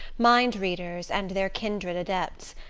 mind-readers and their kindred adepts.